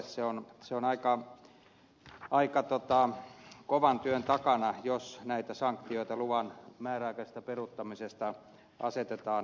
se on aika kovan työn takana jos näitä sanktioita luvan määräaikaisesta peruuttamisesta asetetaan